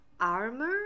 armor